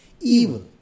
evil